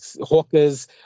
hawkers